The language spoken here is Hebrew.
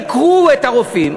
שיקרו לרופאים,